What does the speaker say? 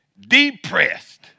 Depressed